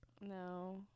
No